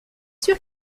sûr